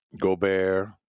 Gobert